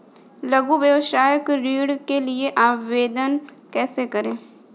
लघु व्यवसाय ऋण के लिए आवेदन कैसे करें?